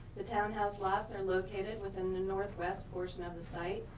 the townhouse lots are located within the northwest portion of the site.